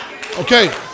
Okay